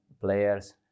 players